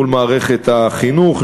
מול מערכת החינוך,